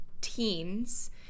teens